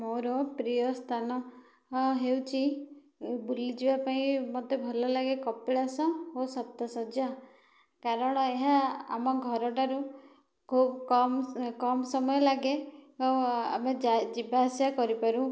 ମୋର ପ୍ରିୟ ସ୍ଥାନ ହେଉଚି ବୁଲିଯିବା ପାଇଁ ମତେ ଭଲ ଲାଗେ କପିଳାସ ଓ ସପ୍ତଶଯ୍ୟା କାରଣ ଏହା ଆମ ଘର ଠାରୁ ଖୁବ କମ କମ ସମୟ ଲାଗେ ଆମେ ଯିବା ଆସିବା କରିପାରୁ